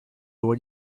what